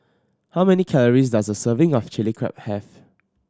how many calories does a serving of Chili Crab have